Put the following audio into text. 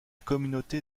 communauté